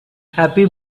happy